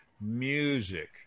music